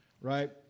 right